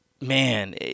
man